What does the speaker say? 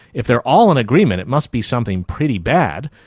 if they are all in agreement it must be something pretty bad,